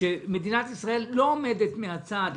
שמדינת ישראל לא עומדת מהצד.